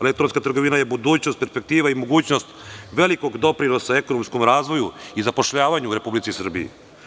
Elektronska trgovina je budućnost, perspektiva i mogućnost velikog doprinosa ekonomskom razvoju i zapošljavanju u Republici Srbiji.